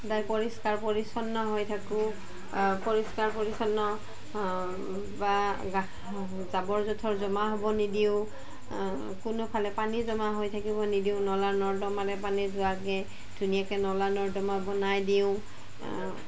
সদায় পৰিষ্কাৰ পৰিচ্ছন্ন হৈ থাকোঁ পৰিষ্কাৰ পৰিচ্ছন্ন বা জাবৰ জোঁথৰ জমা হ'ব নিদিওঁ কোনোফালে পানী জমা হৈ থাকিব নিদিওঁ নলা নৰ্দমাৰে পানী যোৱাকৈ ধুনীয়াকৈ নলা নৰ্দমা বনাই দিওঁ